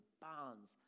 bonds